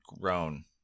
grown